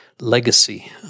legacy